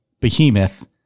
behemoth